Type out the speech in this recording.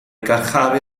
garcharu